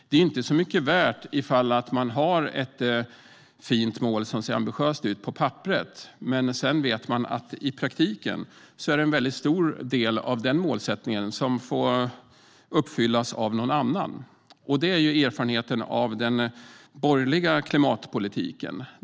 Det är inte så mycket värt ifall man har ett fint mål som ser ambitiöst ut på papperet men sedan vet att i praktiken är det en väldigt stor del av den målsättningen som får uppfyllas av någon annan. Det är erfarenheten av den borgerliga klimatpolitiken.